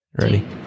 Ready